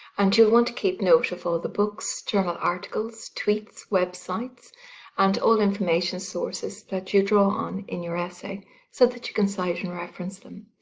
and you'll want to keep note of all the books, journal articles, tweets, websites and all information sources that you draw on in your essay so that you can cite and reference them.